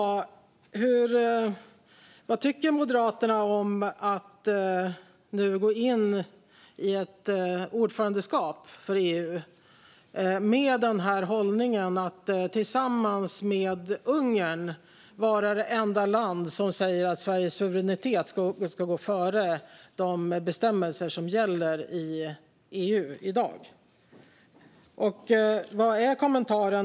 Då undrar jag vad Moderaterna tycker om att nu gå in i ett ordförandeskap för EU med hållningen att, tillsammans med Ungern, vara ett land som säger att Sveriges suveränitet ska gå före de bestämmelser som gäller i EU i dag.